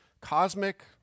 cosmic